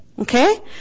okay